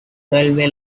railway